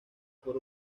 por